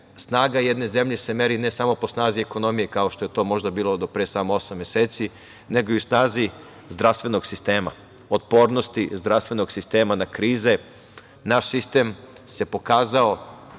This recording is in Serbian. snaga jedne zemlje se meri ne samo po snazi ekonomije, kao što je to možda bilo do pre samo osam meseci, nego i u snazi zdravstvenog sistema, otpornosti zdravstvenog sistema na krize. Naš sistem se pokazao